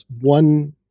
one